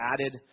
added